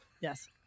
Yes